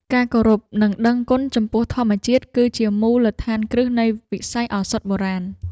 ការគោរព និងដឹងគុណចំពោះធម្មជាតិ គឺជាមូលដ្ឋានគ្រឹះនៃវិស័យឱសថបុរាណ។